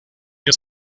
your